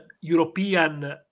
European